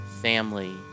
family